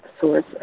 source